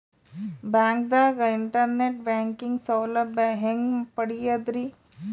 ಬ್ಯಾಂಕ್ದಾಗ internet banking ಸೌಲಭ್ಯ ಹೆಂಗ್ ಪಡಿಯದ್ರಿ?